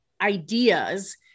ideas